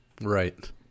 Right